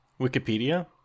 Wikipedia